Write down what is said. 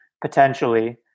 potentially